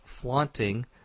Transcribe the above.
flaunting